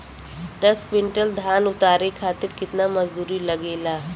दस क्विंटल धान उतारे खातिर कितना मजदूरी लगे ला?